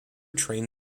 train